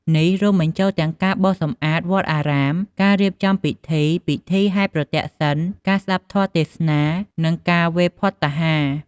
នេះរួមបញ្ចូលទាំងការបោសសម្អាតវត្តអារាម ការរៀបចំពិធី ពិធីហែរប្រទក្សិណ ការស្ដាប់ធម៌ទេសនា និងការវេរភត្តាហារ។